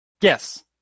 Yes